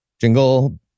Jingle